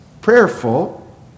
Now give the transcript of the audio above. Prayerful